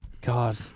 God